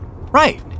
Right